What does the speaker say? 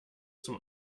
zum